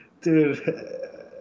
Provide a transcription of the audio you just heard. Dude